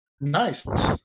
Nice